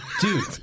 dude